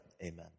Amen